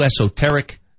esoteric